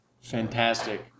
Fantastic